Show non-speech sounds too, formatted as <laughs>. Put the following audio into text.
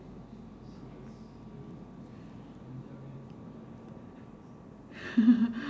<laughs>